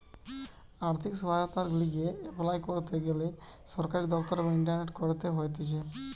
আর্থিক সহায়তার লিগে এপলাই করতে গ্যানে সরকারি দপ্তর এবং ইন্টারনেটে করতে হতিছে